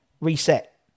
reset